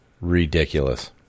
Ridiculous